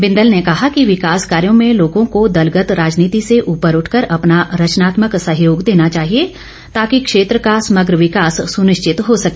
बिंदल ने कहा कि विकास कार्यो में लोगों को दलगत राजनीति से ऊपर उठकर अपना रचनात्मक सहयोग देना चाहिए ताकि क्षेत्र का समग्र विकास सुनिश्चित हो सके